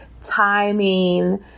timing